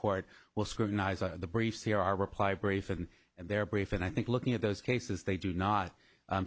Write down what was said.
court will scrutinize the briefs here are reply brief and and their brief and i think looking at those cases they do not